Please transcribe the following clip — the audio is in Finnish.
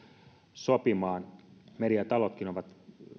sopimaan mediatalotkin ovat